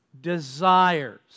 desires